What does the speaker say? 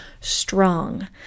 strong